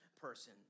person